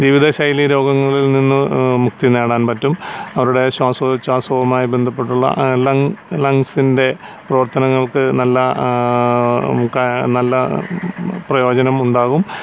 ജീവിതശൈലി രോഗങ്ങളിൽ നിന്ന് മുക്തി നേടാൻ പറ്റും അവരുടെ ശ്വാസോച്ഛ്വാസവുമായി ബന്ധപ്പെട്ടുള്ള ലങ്സിൻ്റെ പ്രവർത്തനങ്ങൾക്ക് നല്ല നല്ല പ്രയോജനം ഉണ്ടാകും